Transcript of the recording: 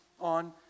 on